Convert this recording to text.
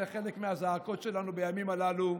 זה חלק מהזעקות שלנו בימים הללו.